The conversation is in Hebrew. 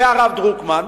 והרב דרוקמן.